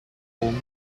home